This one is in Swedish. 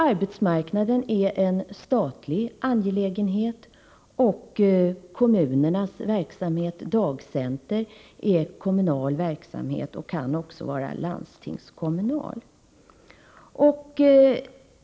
Arbetsmarknaden är en statlig angelägenhet och verksamheten med dagcenter en kommunal — den kan även vara en landstingskommunal angelägenhet.